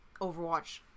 Overwatch